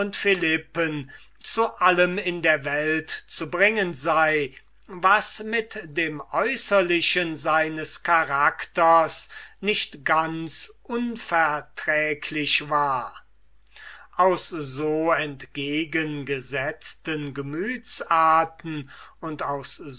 zu allem in der welt zu bringen sei was mit dem äußerlichen seines charakters nicht ganz unverträglich war aus so entgegengesetzten gemütsarten und